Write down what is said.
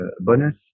bonus